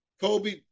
Kobe